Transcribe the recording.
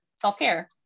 self-care